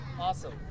awesome